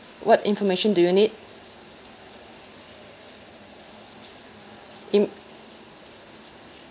what information do you need im~